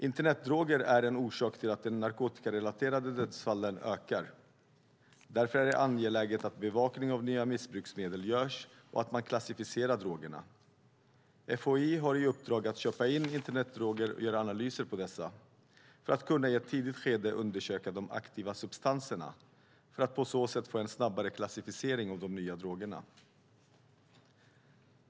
Internetdroger är en orsak till att de narkotikarelaterade dödsfallen ökar. Därför är det angeläget att bevakning av nya missbruksmedel görs och att man klassificerar drogerna. FHI har i uppdrag att köpa in internetdroger och göra analyser på dessa för att i ett tidigt skede kunna undersöka de aktiva substanserna för att på så sätt få en snabbare klassificering av de nya drogerna.